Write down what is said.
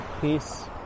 peace